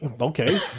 Okay